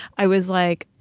i was like,